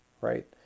right